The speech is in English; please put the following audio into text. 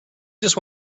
just